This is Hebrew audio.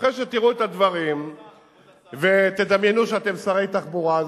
אחרי שתראו את הדברים ותדמיינו שאתם שרי תחבורה.